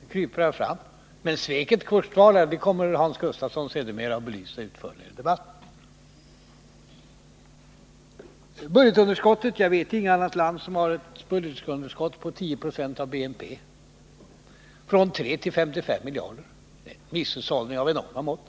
Nu kryper statsministern fram, men sveket står kvar, vilket Hans Gustafsson kommer att belysa utförligt senare i debatten. Jag vet inget annat land som har ett budgetunderskott på 10 20 av BNP. Det har ökat från 3 till 55 miljarder — en misshushållning av enorma mått.